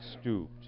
stooped